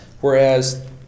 Whereas